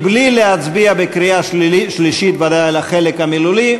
בלי להצביע בקריאה שלישית על החלק המילולי,